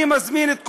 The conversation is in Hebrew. אני מזמין את כולם,